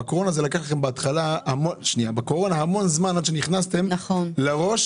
בקורונה לקח לכם המון זמן עד שנכנסתם לראש